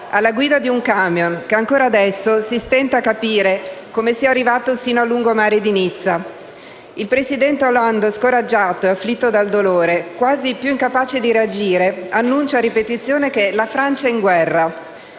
alla guida di un camion che ancora adesso si stenta a capire come sia arrivato fino al lungomare di Nizza. Il presidente Hollande, scoraggiato e afflitto dal dolore, quasi ormai incapace di reagire, annuncia a ripetizione che «la Francia è in guerra».